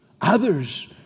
Others